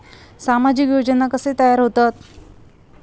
सामाजिक योजना कसे तयार होतत?